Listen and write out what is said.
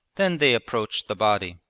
then they approached the body.